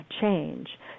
change